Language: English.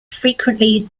frequently